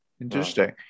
interesting